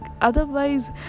Otherwise